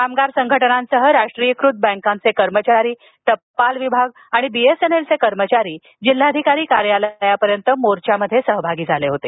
कामगार संघटनांसह राष्ट्रीयीकृत बँकांचे कर्मचारी टपाल विभाग आणि बीएसएनएलचे कर्मचारी जिल्हाधिकारी कार्यालयापर्यंत मोर्चामध्ये सहभागी झाले होते